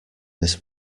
this